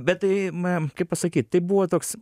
bet tai m kaip pasakyt tai buvo toks